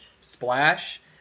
Splash